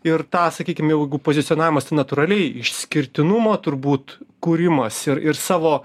ir tą sakykim jeigu pozicionavimas tai natūraliai išskirtinumo turbūt kūrimas ir ir savo